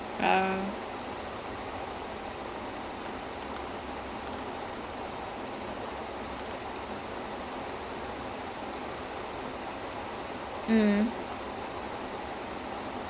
like literally on the closing scene நீ பாத்தீன்னா அதுல எல்லாரும் போய் இருப்பாங்க:nee patheenaa athula ellaarum poi irupaanga so வெறும் ஒரேயொரு:verum oraeoru sofa err I think there'll just be one sofa in the room then will smith will just look at it with